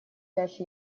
пять